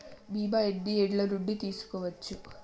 బీమా ఎన్ని ఏండ్ల నుండి తీసుకోవచ్చు?